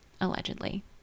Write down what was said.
allegedly